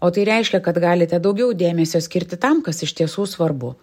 o tai reiškia kad galite daugiau dėmesio skirti tam kas iš tiesų svarbu